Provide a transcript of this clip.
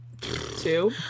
two